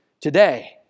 today